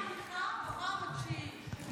לשמוע ממך בפעם התשיעית.